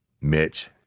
Mitch